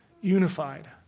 unified